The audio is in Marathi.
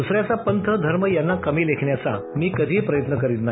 दसऱ्यांचा पंथ धर्म यांना कमी लेखण्याचा मी कधीही प्रयत्न करीत नाही